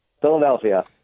Philadelphia